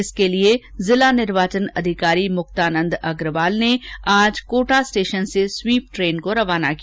इसके लिए जिला निर्वाचन अधिकारी मुक्तानंद अग्रवाल ने आज कोटा स्टेशन से स्वीप ट्रेन को रवाना किया